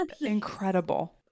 incredible